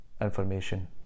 information